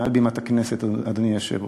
מעל בימת הכנסת, אדוני היושב-ראש,